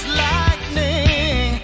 lightning